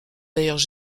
d’ailleurs